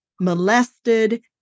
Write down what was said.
molested